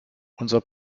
unser